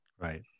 Right